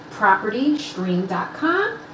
propertystream.com